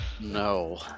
No